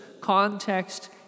Context